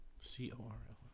C-O-R-L